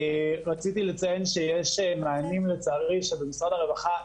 רציתי לציין שיש מענים במשרד הרווחה שלצערי,